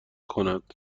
کند